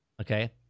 Okay